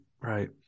right